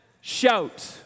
shout